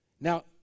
Now